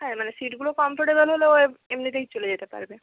হ্যাঁ মানে সিটগুলো কমফর্টেবেল হলে ও এমনিতেই চলে যেতে পারবে